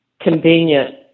convenient